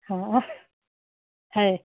हाँ है